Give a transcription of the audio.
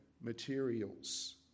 materials